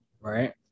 Right